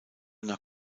nach